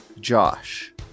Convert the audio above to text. Josh